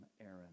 Aaron